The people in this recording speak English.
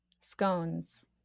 scones